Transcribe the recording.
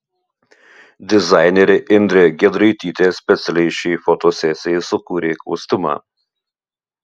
dizainerė indrė giedraitytė specialiai šiai fotosesijai sukūrė kostiumą